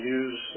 use